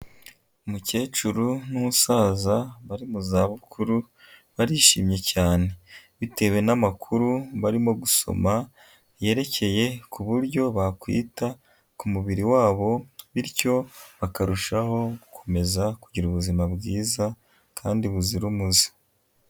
Umukecuru n'umusaza bari mu zabukuru, barishimye cyane, bitewe n'amakuru barimo gusoma, yerekeye ku buryo bakwita ku mubiri wabo, bityo bakarushaho gukomeza kugira ubuzima bwiza kandi buzira umuze.